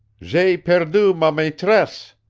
j'ai perdu ma maitresse,